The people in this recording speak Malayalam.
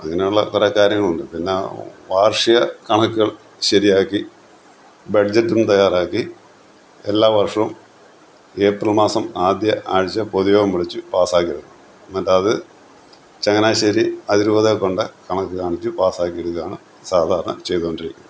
അങ്ങിനെയുള്ള കുറെ കാര്യങ്ങളുണ്ട് പിന്നെ വാർഷിക കണക്കുകൾ ശരിയാക്കി ബഡ്ജെറ്റും തയ്യാറാക്കി എല്ലാ വർഷവും ഏപ്രിൽ മാസം ആദ്യ ആഴ്ച പൊതുയോഗം വിളിച്ച് പാസാക്കിയെടുക്കണം എന്നിട്ടത് ചങ്ങനാശ്ശേരി അതിരൂപതയെക്കൊണ്ട് കണക്ക് കാണിച്ച് പാസാക്കിയെടുക്കുകയാണ് സാധാരണ ചെയ്തുകൊണ്ടിരിക്കുന്നത്